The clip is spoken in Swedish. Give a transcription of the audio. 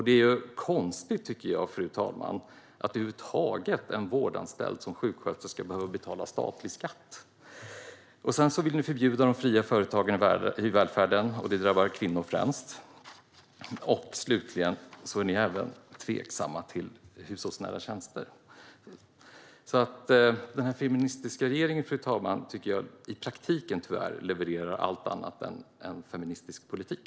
Det är konstigt, fru talman, att en vårdanställd som en sjuksköterska över huvud taget ska behöva betala statlig skatt. Ni vill också förbjuda de fria företagen i välfärden, och det drabbar främst kvinnor. Slutligen är ni även tveksamma till hushållsnära tjänster. Jag tycker alltså, fru talman, att den feministiska regeringen i praktiken tyvärr levererar en allt annat än feministisk politik.